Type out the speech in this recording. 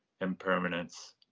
impermanence